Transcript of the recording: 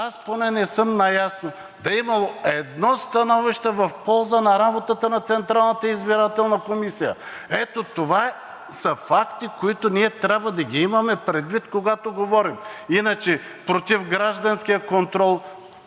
аз поне не съм наясно да е имало едно становище в полза на работата на Централната избирателна комисия. Ето, това са факти, които ние трябва да имаме предвид, когато говорим. Иначе против гражданския контрол